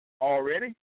already